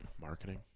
Marketing